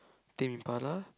Tame Impala